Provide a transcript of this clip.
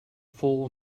fool